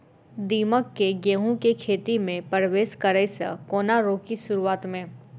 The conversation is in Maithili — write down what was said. दीमक केँ गेंहूँ केँ खेती मे परवेश करै सँ केना रोकि शुरुआत में?